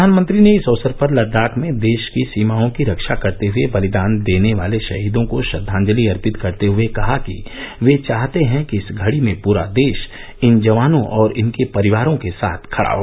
प्रधानमंत्री ने इस अवसर पर लद्दाख में देश की सीमाओं की रक्षा करते हुए बलिदान देने वाले शहीदों को श्रद्वांजलि अर्पित करते हुए कहा कि वे चाहते है कि इस घड़ी में पूरा देश इन जवानों और इनके परिवारों के साथ खड़ा हो